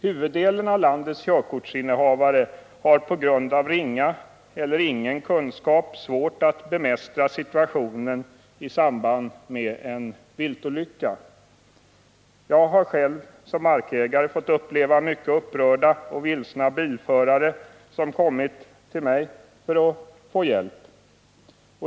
Huvuddelen av landets körkortsinnehavare har på grund av ringa eller ingen kunskap svårt att bemästra situationen i samband med en viltolycka. Jag har själv såsom markägare fått uppleva mycket upprörda och vilsna bilförare, som kommit till mig för att få hjälp.